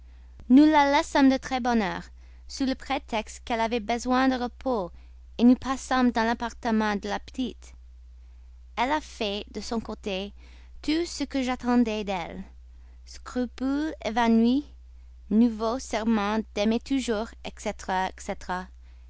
nous la laissâmes de très bonne heure sous le prétexte qu'elle avait besoin de repos nous passâmes dans l'appartement de la petite elle a fait de son côté tout ce que j'attendais d'elle scrupules évanouis nouveaux serments d'aimer toujours